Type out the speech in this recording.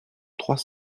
trois